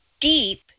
deep